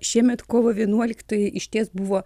šiemet kovo vienuoliktoji išties buvo